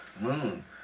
moon